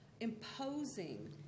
imposing